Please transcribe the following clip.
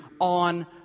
on